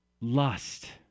lust